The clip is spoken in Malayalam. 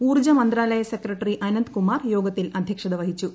ഊർജ്ജ മന്ത്രാലയ സെക്രട്ടറി അനന്ദ് കുമാർ യോഗത്തിൽ അധ്യക്ഷത വഹിച്ചു